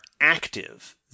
active